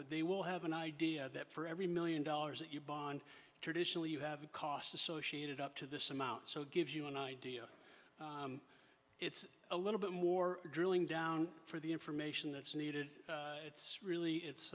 but they will have an idea that for every million dollars that you bond traditionally you have costs associated up to this amount so it gives you an idea it's a little bit more drilling down for the information that's needed it's really it's